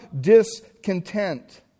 discontent